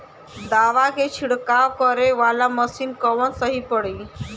दवा के छिड़काव करे वाला मशीन कवन सही पड़ी?